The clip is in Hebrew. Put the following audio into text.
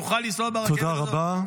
יוכל לנסוע ברכבת הזאת -- תודה רבה.